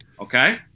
Okay